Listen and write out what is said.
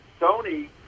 Sony